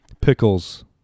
Pickles